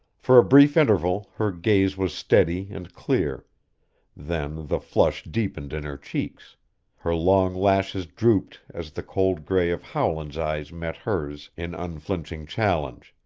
for a brief interval her gaze was steady and clear then the flush deepened in her cheeks her long lashes drooped as the cold gray of howland's eyes met hers in unflinching challenge,